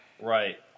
Right